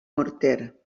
morter